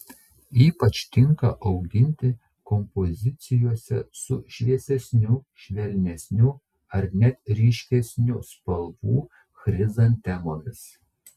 ypač tinka auginti kompozicijose su šviesesnių švelnesnių ar net ryškesnių spalvų chrizantemomis